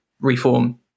reform